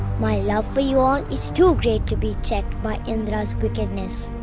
my love for you all is too great to be checked by indra's wickedness.